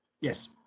Yes